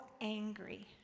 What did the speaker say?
angry